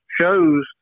shows